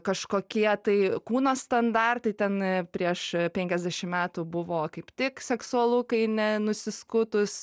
kažkokie tai kūno standartai ten prieš penkiasdešim metų buvo kaip tik seksualu kai nenusiskutus